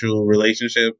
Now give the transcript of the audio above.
relationship